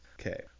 Okay